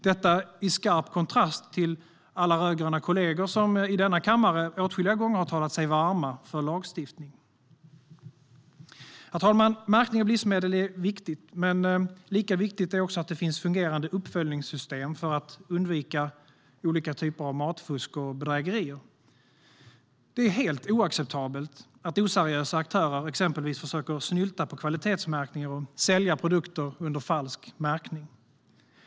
Detta i skarp kontrast till alla rödgröna kollegor som i denna kammare åtskilliga gånger har talat sig varma för lagstiftning. Märkning av livsmedel är viktig, men lika viktigt är att det finns fungerande uppföljningssystem för att undvika olika typer av matfusk och bedrägerier. Det är helt oacceptabelt att oseriösa aktörer exempelvis försöker snylta på kvalitetsmärkningar och sälja produkter med falsk märkning.